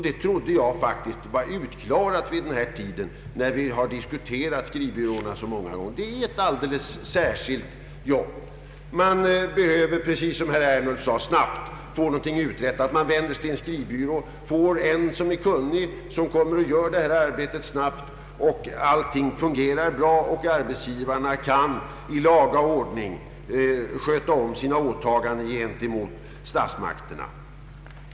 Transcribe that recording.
Det trodde jag faktiskt var utklarat vid det här laget, eftersom vi har diskuterat skrivbyråerna så många gånger. Det är ett alldeles särskilt jobb. Man behöver, som herr Ernulf sade, få någonting snabbt uträttat, man vänder sig till en skrivbyrå, man får en kunnig person som utför arbetet snabbt, och allting fungerar bra så att arbetsgivarna i laga ordning kan sköta sina åtaganden gentemot statsmakterna.